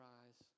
eyes